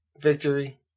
Victory